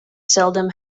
seldom